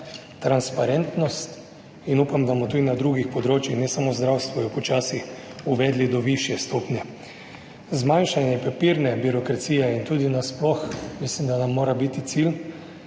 transparentnost in upam, da bomo tudi na drugih področjih, ne samo zdravstvo, jo počasi uvedli do višje stopnje. Zmanjšanje papirne birokracije in tudi nasploh mislim, da nam mora biti cilj